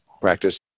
practice